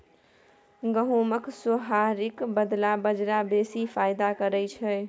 गहुमक सोहारीक बदला बजरा बेसी फायदा करय छै